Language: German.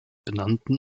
benannten